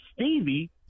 Stevie